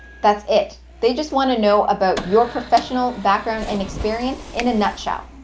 that's it. they just want to know about your professional background and experience in a nutshell.